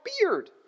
beard